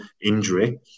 injury